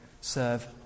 Serve